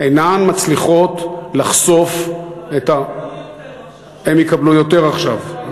אינן מצליחות לחשוף את אבל הם יקבלו יותר עכשיו,